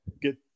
get